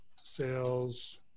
sales